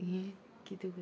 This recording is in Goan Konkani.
यें कितें गो तें